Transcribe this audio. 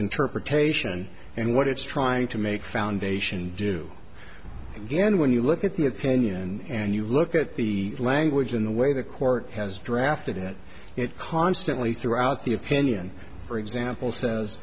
interpretation and what it's trying to make foundation do and again when you look at the opinion and you look at the language in the way the court has drafted it it constantly throughout the opinion for example says